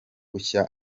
ruhushya